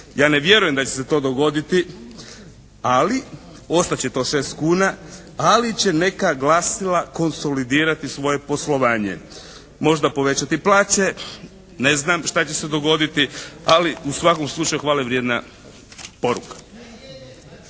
Ja ne vjerujem da će se to dogoditi ali ostat će to šest kuna, ali će neka glasila konsolidirati svoje poslovanje. Možda povećati plaće, ne znam šta će se dogoditi, ali u svakom slučaju hvale vrijedna poruka.